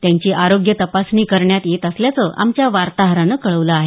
त्यांची आरोग्य तपासणी करण्यात येत असल्याचं आमच्या वार्ताहरानं कळवलं आहे